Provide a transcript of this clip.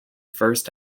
first